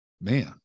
man